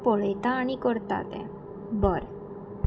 पळयता आनी करता तें बरें